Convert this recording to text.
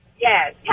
yes